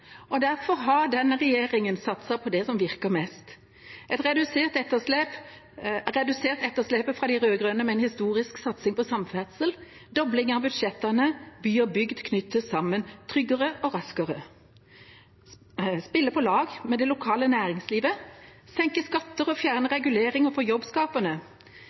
Derfor har denne regjeringa satset på det som virker mest: Den har redusert etterslepet fra de rød-grønne med en historisk satsing på samferdsel, og en dobling av budsjettene gjør at by og bygd knyttes sammen tryggere og raskere. Den har satset på å spille på lag med det lokale næringslivet, senke skatter og fjerne reguleringer for